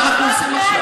מה אנחנו עושים עכשיו?